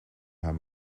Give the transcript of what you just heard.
haar